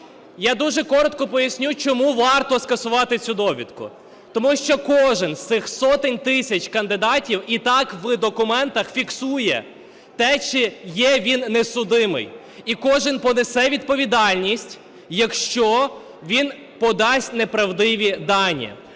Я дуже коротко поясню чому варто скасувати цю довідку, тому що кожен з цих сотень тисяч кандидатів і так у документах фіксує те, чи є він не судимий, і кожен понесе відповідальність, якщо він подасть неправдиві дані.